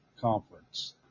conference